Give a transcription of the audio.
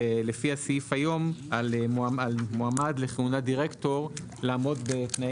ולפי הסעיף היום על מועמד לכהונת דירקטור לעמוד בתנאי